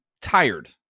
tired